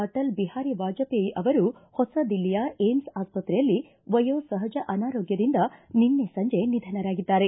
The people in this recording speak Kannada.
ಅಟಲ್ ಬಿಹಾರಿ ವಾಜಪೇಯಿ ಅವರು ಹೊಸ ದಿಲ್ಲಿಯ ಏಮ್ನ ಆಸ್ತತ್ರೆಯಲ್ಲಿ ವಯೋ ಸಹಜ ಅನಾರೋಗ್ಭದಿಂದ ನಿನ್ನೆ ಸಂಜೆ ನಿಧನರಾಗಿದ್ದಾರೆ